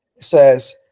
says